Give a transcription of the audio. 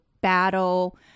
battle